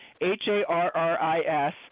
H-A-R-R-I-S